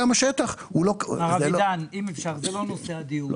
מר אבידן, זה לא נושא הדיון.